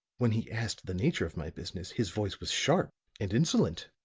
when he asked the nature of my business his voice was sharp and insolent.